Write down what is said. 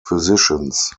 physicians